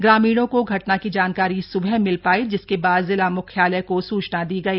ग्रामीणों को घटना की जानकारी सुबह मिल पायी जिसके बाद जिला मुख्यालय को सूचना दी गई